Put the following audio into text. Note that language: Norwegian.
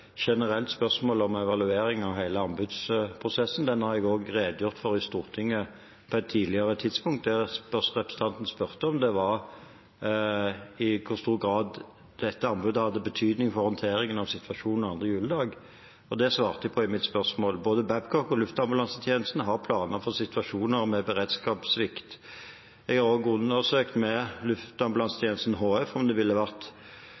redegjort for i Stortinget på et tidligere tidspunkt. Det representanten spurte om, var i hvor stor grad dette anbudet hadde betydning for håndteringen av situasjonen 2. juledag, og det svarte jeg på. Både Babcock og Luftambulansetjenesten har planer for situasjoner med beredskapssvikt. Jeg har også undersøkt med Luftambulansetjenesten HF om det ville vært